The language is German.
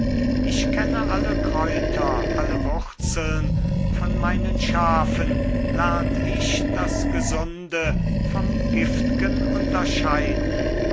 ich kenne alle kräuter alle wurzeln von meinen schafen lernt ich das gesunde vom giftgen unterscheiden